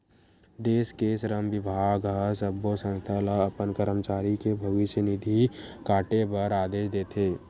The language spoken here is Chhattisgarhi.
देस के श्रम बिभाग ह सब्बो संस्था ल अपन करमचारी के भविस्य निधि काटे बर आदेस देथे